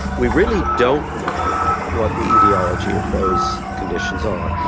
we really don't know what the aetiology of those conditions are.